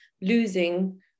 losing